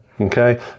Okay